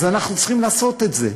אז אנחנו צריכים לעשות את זה.